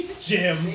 Jim